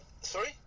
Sorry